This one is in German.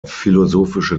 philosophische